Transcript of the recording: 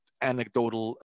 anecdotal